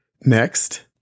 Next